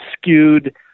skewed